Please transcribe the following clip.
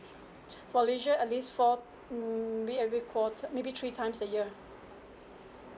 for leisure at least four mm maybe every quarter maybe three times a year